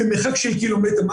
במרחק של קילומטר,